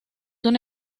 una